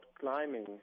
climbing